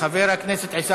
חבר הכנסת נחמן שי,